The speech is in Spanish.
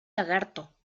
lagarto